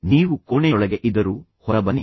ನೀವು ಕೋಣೆಯೊಳಗೆ ಇದ್ದರೂ ಹೊರಬನ್ನಿ